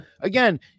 Again